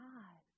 God